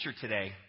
today